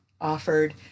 offered